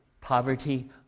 poverty